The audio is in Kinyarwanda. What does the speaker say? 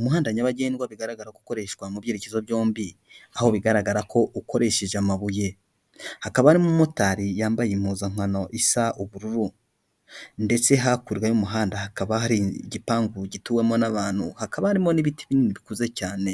Umuhanda nyabagendwa bigaragara ko ukoreshwa mu byerekezo byombi, aho bigaragara ko ukoresheje amabuye, hakaba harimo umumotari, yambaye impuzankano isa ubururu ndetse hakurya y'umuhanda, hakaba hari igipangu gituwemo n'abantu, hakaba harimo n'ibiti binini bikuze cyane,